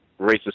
racist